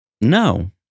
no